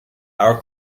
our